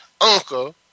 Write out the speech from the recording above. uncle